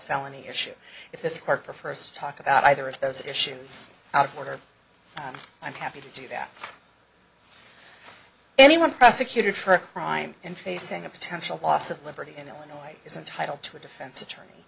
felony issue if this court for first talk about either of those issues out order i'm happy to do that anyone prosecuted for a crime in facing a potential loss of liberty in illinois is entitled to a defense attorney